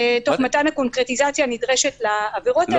תוך מתן הקונקרטיזציה הנדרשת לעבירות האלה,